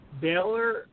Baylor